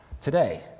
today